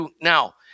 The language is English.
Now